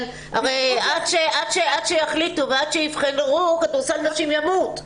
הרי עד שיחליטו ועד שיבחנו כדורסל נשים ימות.